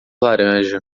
laranja